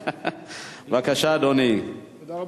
אדוני, בבקשה.